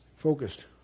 focused